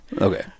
Okay